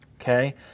okay